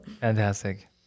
Fantastic